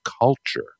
culture